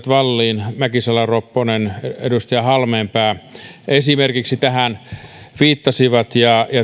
wallin mäkisalo ropponen ja halmeenpää tähän viittasivat